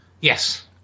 Yes